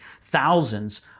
thousands